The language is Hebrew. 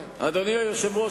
אדוני היושב-ראש,